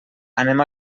anem